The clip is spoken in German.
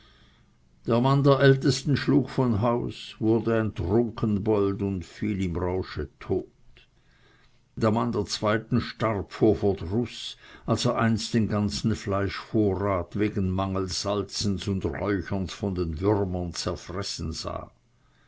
der mann der ältesten schlug von haus wurde ein trunkenbold und fiel im rausche tot der mann der zweiten starb vor verdruß als er einst den ganzen fleischvorrat wegen mangel salzens und räucherns von den würmern zerfressen sah